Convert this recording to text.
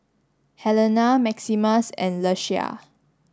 Helena Maximus and Ieshia